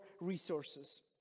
resources